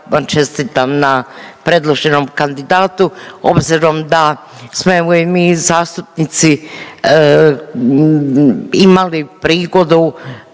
čestitam na predloženom kandidatu obzirom da smo evo i mi zastupnici imali prigodu